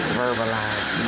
verbalize